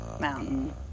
mountain